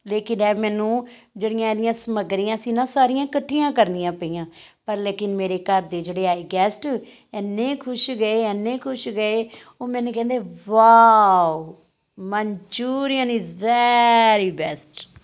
ਲੇਕਿਨ ਇਹ ਮੈਨੂੰ ਜਿਹੜੀਆਂ ਇਹਦੀਆਂ ਸਮੱਗਰੀਆਂ ਸੀ ਨਾ ਸਾਰੀਆਂ ਇਕੱਠੀਆਂ ਕਰਨੀਆਂ ਪਈਆਂ ਪਰ ਲੇਕਿਨ ਮੇਰੇ ਘਰ ਦੇ ਜਿਹੜੇ ਆਏ ਗੈਸਟ ਇੰਨੇ ਖੁਸ਼ ਗਏ ਇੰਨੇ ਖੁਸ਼ ਗਏ ਉਹ ਮੈਨੂੰ ਕਹਿੰਦੇ wow Manchurian is very best